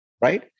right